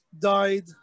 died